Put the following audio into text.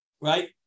right